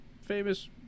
famous